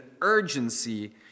urgency